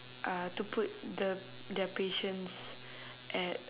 uh to put the their patients at